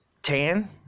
tan